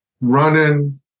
running